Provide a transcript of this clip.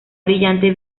brillante